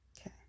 Okay